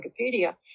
Wikipedia